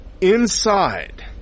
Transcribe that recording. inside